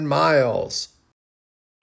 miles